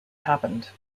happened